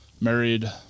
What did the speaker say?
married